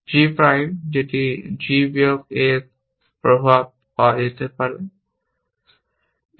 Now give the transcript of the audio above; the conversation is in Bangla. G প্রাইম যেটি যদি G বিয়োগ a এর প্রভাব হিসাবে পাওয়া যায়